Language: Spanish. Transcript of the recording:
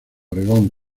oregón